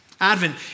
Advent